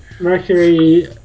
Mercury